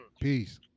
Peace